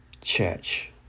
church